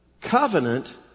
Covenant